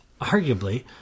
arguably